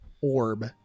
orb